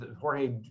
Jorge